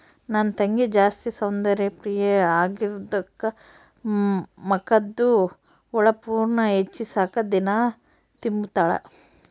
ನನ್ ತಂಗಿ ಜಾಸ್ತಿ ಸೌಂದರ್ಯ ಪ್ರಿಯೆ ಆಗಿರೋದ್ಕ ಮಕದ್ದು ಹೊಳಪುನ್ನ ಹೆಚ್ಚಿಸಾಕ ದಿನಾ ತಿಂಬುತಾಳ